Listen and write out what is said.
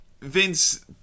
Vince